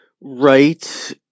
right